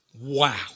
Wow